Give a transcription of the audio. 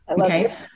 Okay